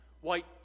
white